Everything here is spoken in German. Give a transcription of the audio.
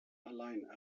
allein